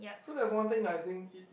so that's one think I think it